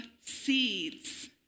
seeds